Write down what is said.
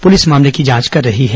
police मामले की जांच कर रही है